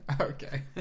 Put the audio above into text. Okay